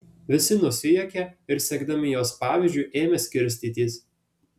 visi nusijuokė ir sekdami jos pavyzdžiu ėmė skirstytis